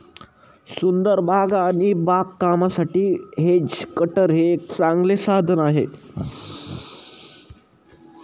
सुंदर बागा आणि बागकामासाठी हेज कटर हे एक चांगले साधन आहे